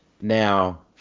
now